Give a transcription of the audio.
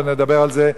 ועוד נדבר על זה.